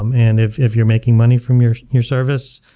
um and if if you're making money from your your service,